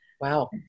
Wow